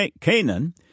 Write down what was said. Canaan